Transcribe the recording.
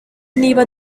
niba